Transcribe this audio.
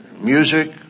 music